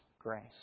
grace